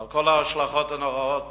על כל ההשלכות הנוראות